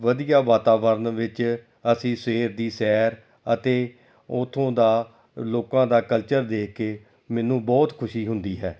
ਵਧੀਆ ਵਾਤਾਵਰਨ ਵਿੱਚ ਅਸੀਂ ਸਵੇਰ ਦੀ ਸੈਰ ਅਤੇ ਉੱਥੋਂ ਦਾ ਲੋਕਾਂ ਦਾ ਕਲਚਰ ਦੇਖ ਕੇ ਮੈਨੂੰ ਬਹੁਤ ਖੁਸ਼ੀ ਹੁੰਦੀ ਹੈ